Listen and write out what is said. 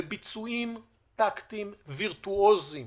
בביצועים טקטיים וירטואוזיים